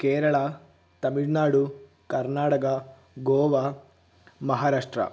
Kerala Tamil Nadu Karnataka Goa Maharashtra